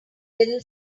little